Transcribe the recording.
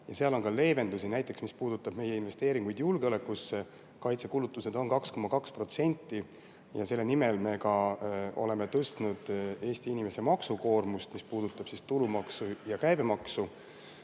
ja selles on ka leevendusi. Näiteks see, mis puudutab meie investeeringuid julgeolekusse. Kaitsekulutused on [3,2%] ja selle nimel me oleme tõstnud Eesti inimeste maksukoormust – tulumaksu ja käibemaksu.